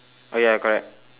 orh ya correct